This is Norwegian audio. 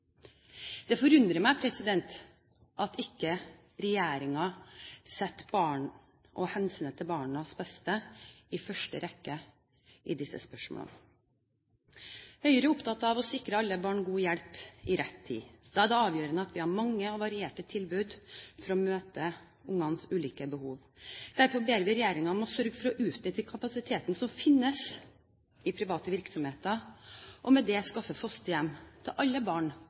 Det forundrer meg at ikke regjeringen setter barna og hensynet til barnas beste i første rekke i disse spørsmålene. Høyre er opptatt av å sikre alle barn god hjelp i rett tid. Da er det avgjørende at vi har mange og varierte tilbud for å møte barnas ulike behov. Derfor ber vi regjeringen om å sørge for å utnytte den kapasiteten som finnes i private virksomheter, og med det skaffe fosterhjem til alle barn